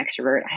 extrovert